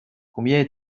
combien